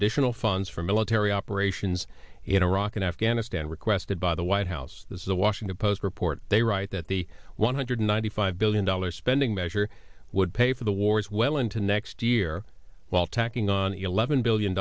additional funds for military operations in iraq and afghanistan requested by the white house the washington post report they write that the one hundred ninety five billion dollars spending measure would pay for the wars well into next year while tacking on eleven billion